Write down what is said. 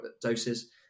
doses